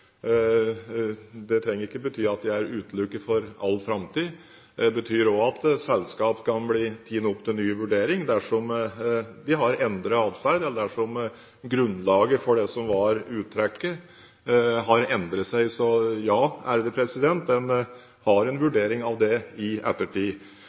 utelukket, trenger det ikke bety at de er utelukket for all framtid. Det betyr òg at selskap kan bli tatt opp til en ny vurdering, dersom de har endret atferd, eller dersom grunnlaget for det som var uttrekket, har endret seg. Så – ja, en har en